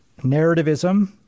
narrativism